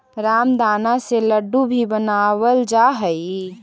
रामदाना से लड्डू भी बनावल जा हइ